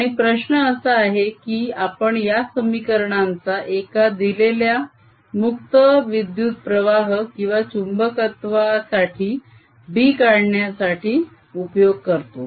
आणि प्रश्न असा आहे की आपण या समीकरणांचा एका दिलेल्या मुक्त विद्युत्प्रवाह किंवा चुंबकत्वासाठी B काढण्यासाठी उपयोग करतो